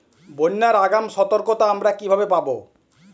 বন্যার আগাম সতর্কতা আমরা কিভাবে পাবো?